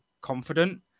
confident